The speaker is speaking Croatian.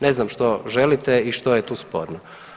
Ne znam što želite i što je tu sporno.